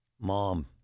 mom